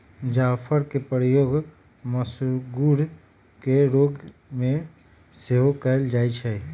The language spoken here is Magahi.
जाफरके प्रयोग मसगुर के रोग में सेहो कयल जाइ छइ